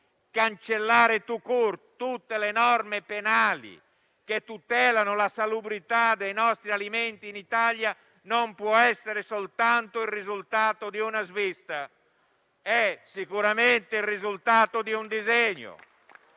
court* tutte le norme penali che tutelano la salubrità dei nostri alimenti in Italia non può essere soltanto il risultato di una svista. È sicuramente il risultato di un disegno,